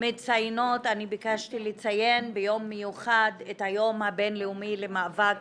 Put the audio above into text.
מציינות אני ביקשתי לציין ביום מיוחד את היום הבינלאומי למאבק